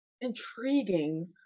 intriguing